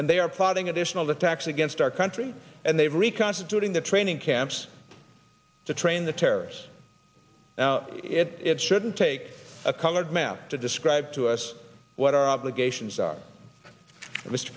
and they are plotting additional attacks against our country and they reconstituting the training camps to train the terrorists now it shouldn't take a colored mouth to describe to us what our obligations are